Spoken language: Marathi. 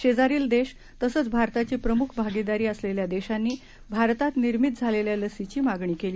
शेजारील देश तसंच भारताची प्रमुख भागीदारी असलेल्या देशांनी भारतात निर्मिती झालेल्या लसींची मागणी केली